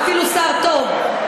ואפילו שר טוב,